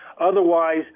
Otherwise